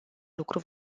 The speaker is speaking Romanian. lucru